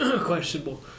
questionable